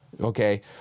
okay